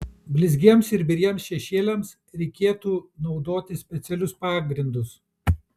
blizgiems ir biriems šešėliams reikėtų naudoti specialius pagrindus